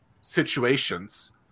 situations